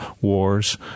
wars